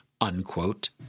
unquote